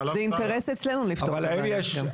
זה אינטרס אצלנו לפתור את הבעיה שם.